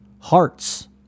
hearts